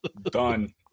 done